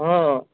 હં